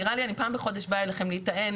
נראה לי אני פעם בחודש באה אליכם להיטען,